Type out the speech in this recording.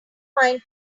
mind